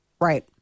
Right